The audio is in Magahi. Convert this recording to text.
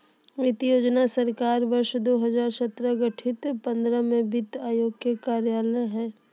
वित्त योजना सरकार वर्ष दो हजार सत्रह गठित पंद्रह में वित्त आयोग के कार्यकाल हइ